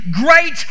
great